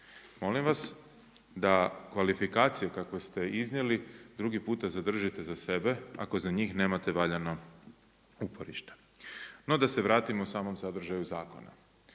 Molim vas da kvalifikaciju kakvu ste iznijeli drugi puta zadržite za sebe, ako za njih nemate valjano uporište. No da se vratimo samom sadržaju zakona.